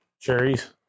Cherries